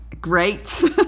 great